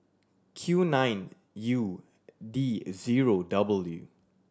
Q nine U D zero W